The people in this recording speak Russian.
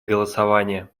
голосование